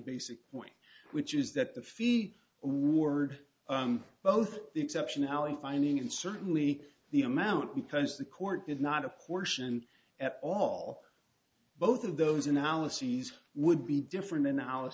basic point which is that the fee word both the exceptionality finding and certainly the amount because the court did not apportion at all both of those analyses would be different